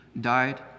died